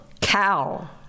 Cow